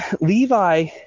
Levi